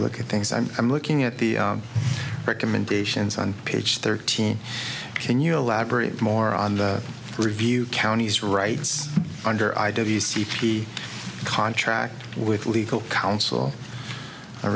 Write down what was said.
look at things i'm i'm looking at the recommendations on page thirteen can you elaborate more on the review counties rights under i d c fifty contract with legal counsel